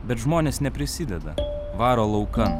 bet žmonės neprisideda varo laukan